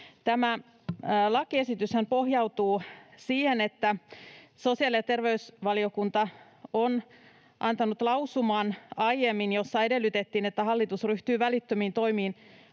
Tämä lakiesityshän pohjautuu siihen, että sosiaali‑ ja terveysvaliokunta on antanut aiemmin lausuman, jossa edellytettiin, että hallitus ryhtyy välittömiin toimiin